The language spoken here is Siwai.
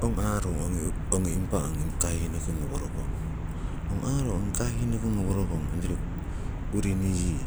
Ong aarung ongi impa ongi kahihnoki ngoworokong,, ong aarung ongi kahinoki ngoworokong, ongyori yiii urini yii,